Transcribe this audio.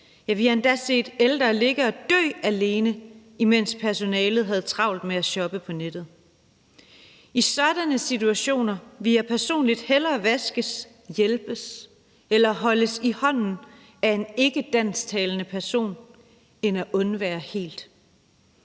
vi har endda set ældre ligge og dø alene, imens personalet havde travlt med at shoppe på nettet. I sådanne situationer vil jeg personligt hellere vaskes, hjælpes eller holdes i hånden af en ikkedansktalende person end helt at undvære.